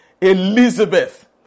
Elizabeth